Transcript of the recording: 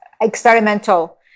experimental